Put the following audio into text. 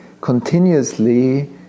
continuously